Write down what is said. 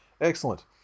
Excellent